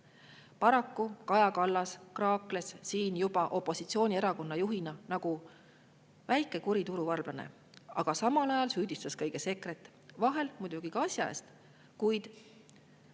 Paraku Kaja Kallas kraakles siin juba opositsioonierakonna juhina nagu väike kuri turuvarblane, aga samal ajal süüdistas kõiges EKRE‑t, vahel muidugi ka asja eest. Kuid